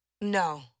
No